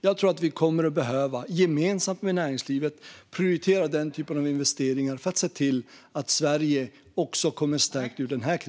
Jag tror att vi tillsammans med näringslivet kommer att behöva prioritera den typen av investeringar för att se till att Sverige kommer stärkt också ur den här krisen.